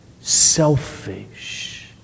selfish